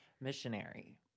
Missionary